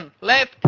left